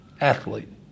athlete